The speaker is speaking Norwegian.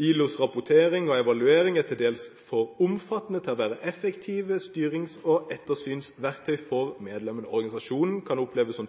ILOs rapportering og evaluering er til dels for omfattende til å være effektive styrings- og ettersynsverktøy for medlemmene. Organisasjonen kan oppleves som